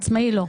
עצמאי לא.